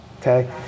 okay